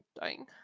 dying